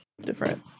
different